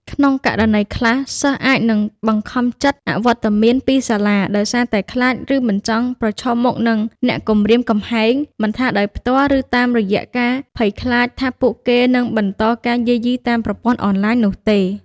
ក្នុងករណីខ្លះ សិស្សអាចនឹង បង្ខំចិត្តអវត្តមានពីសាលា ដោយសារតែខ្លាច ឬមិនចង់ប្រឈមមុខនឹងអ្នកគំរាមកំហែង មិនថាដោយផ្ទាល់ ឬតាមរយៈការភ័យខ្លាចថាពួកគេនឹងបន្តការយាយីតាមប្រព័ន្ធអនឡាញនោះទេ។